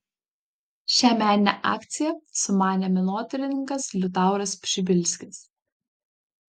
šią meninę akciją sumanė menotyrininkas liutauras pšibilskis